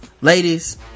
ladies